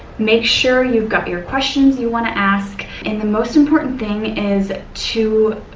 make sure you've got your questions you want to ask and the most important thing is to,